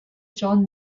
john